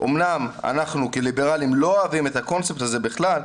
אמנם אנחנו כליברלים לא אוהבים את הקונספט הזה בכלל,